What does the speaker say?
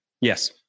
yes